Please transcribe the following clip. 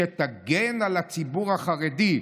שתגן על הציבור החרדי,